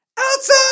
Outside